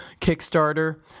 Kickstarter